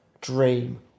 dream